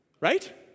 Right